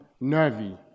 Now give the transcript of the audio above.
nervy